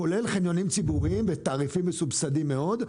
כולל חניונים ציבוריים בתעריפים מסובסדים מאוד,